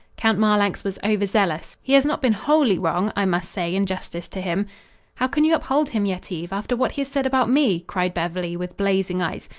count marlanx was overzealous. he has not been wholly wrong, i must say in justice to him how can you uphold him, yetive, after what he has said about me? cried beverly, with blazing eyes.